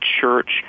church